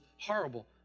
horrible